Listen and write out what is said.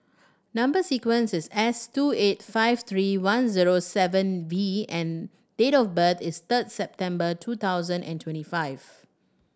number sequence is S two eight five three one zero seven V and date of birth is third September two thousand and twenty five